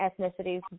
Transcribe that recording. ethnicities